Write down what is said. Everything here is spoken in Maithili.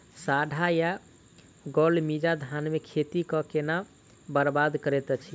साढ़ा या गौल मीज धान केँ खेती कऽ केना बरबाद करैत अछि?